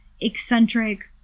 eccentric